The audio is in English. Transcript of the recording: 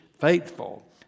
faithful